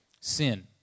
sin